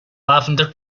lavender